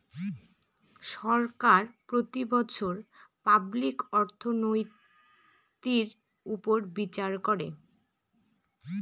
সরকার প্রতি বছর পাবলিক অর্থনৈতির উপর বিচার করে